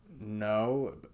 no